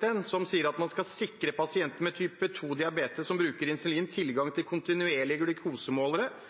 det sto at man skulle sikre pasienter med type 2-diabetes som bruker insulin, tilgang til